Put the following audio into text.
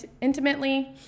intimately